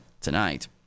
tonight